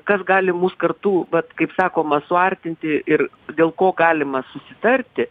kas gali mus kartu vat kaip sakoma suartinti ir dėl ko galima susitarti